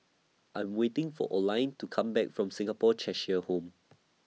I'm waiting For Oline to Come Back from Singapore Cheshire Home